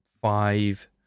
five